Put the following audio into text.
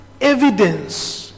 evidence